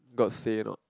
got say or not